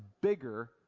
bigger